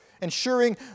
ensuring